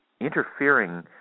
interfering